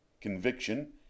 conviction